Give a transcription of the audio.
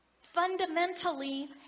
fundamentally